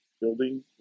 building